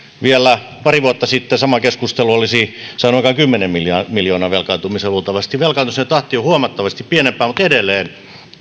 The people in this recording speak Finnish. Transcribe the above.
vielä pari vuotta sitten sama keskustelu olisi saanut aikaan kymmenen miljoonan velkaantumisen luultavasti velkaantumisen tahti on huomattavasti pienempi mutta edelleen